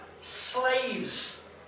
slaves